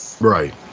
Right